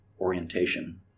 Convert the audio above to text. orientation